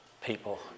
People